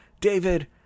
David